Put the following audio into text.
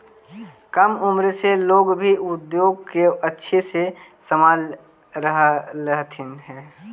कम उम्र से लोग भी उद्योग को अच्छे से संभाल रहलथिन हे